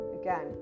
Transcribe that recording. again